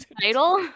title